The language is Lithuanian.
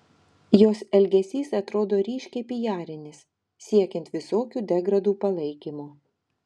jos elgesys atrodo ryškiai pijarinis siekiant visokių degradų palaikymo